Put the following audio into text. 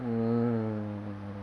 mm